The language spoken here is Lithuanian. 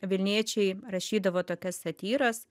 vilniečiai rašydavo tokias satyras